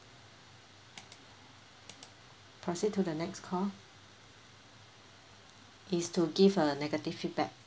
proceed to the next call is to give a negative feedback